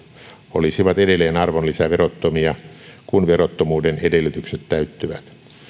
olisivat edelleen arvonlisäverottomia kun verottomuuden edellytykset täyttyvät